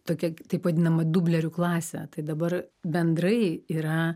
tokį taip vadinamą dublerių klasę tai dabar bendrai yra